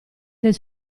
del